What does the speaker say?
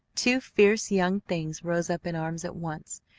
two fierce young things rose up in arms at once.